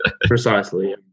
Precisely